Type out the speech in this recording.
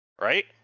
right